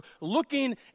looking